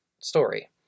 story